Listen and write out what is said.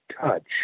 touch